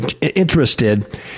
interested